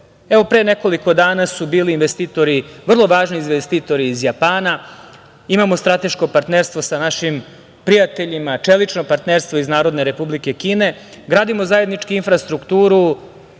sveta. Pre nekoliko dana su bili investitori, vrlo važni investitori iz Japana. Imamo strateško partnerstvo sa našim prijateljima, čelično partnerstvo iz Narodne Republike Kine, gradimo zajednički infrastrukturu,